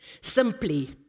simply